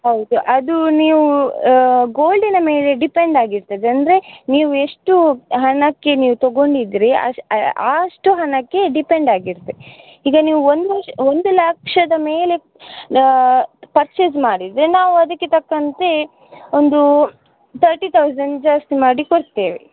ಹೌದು ಅದು ನೀವು ಗೋಲ್ಡಿನ ಮೇಲೆ ಡಿಪೆಂಡ್ ಆಗಿರ್ತದೆ ಅಂದರೆ ನೀವು ಎಷ್ಟು ಹಣಕ್ಕೆ ನೀವು ತೊಗೊಂಡಿದ್ರಿ ಅಷ್ಟು ಹಣಕ್ಕೆ ಡಿಪೆಂಡ್ ಆಗಿರುತ್ತೆ ಈಗ ನೀವು ಒಂದು ಒಂದು ಲಕ್ಷದ ಮೇಲೆ ಪರ್ಚೇಸ್ ಮಾಡಿದರೆ ನಾವು ಅದಕ್ಕೆ ತಕ್ಕಂತೆ ಒಂದು ತರ್ಟಿ ತೌಸಂಡ್ ಜಾಸ್ತಿ ಮಾಡಿಕೊಡ್ತೇವೆ